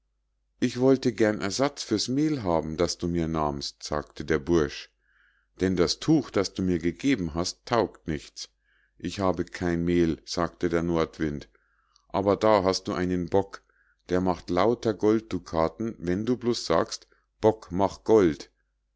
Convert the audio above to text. ich wollte gern ersatz für's mehl haben das du mir nahmst sagte der bursch denn das tuch das du mir gegeben hast taugt nichts ich habe kein mehl sagte der nordwind aber da hast du einen bock der macht lauter goldducaten wenn du bloß sagst bock mach gold